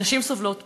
נשים סובלות פעמיים.